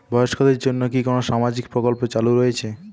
বয়স্কদের জন্য কি কোন সামাজিক প্রকল্প চালু রয়েছে?